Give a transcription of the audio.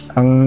Ang